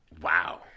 Wow